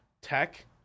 tech